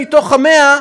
מתוך 100,